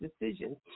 decisions